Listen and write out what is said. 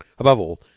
above all,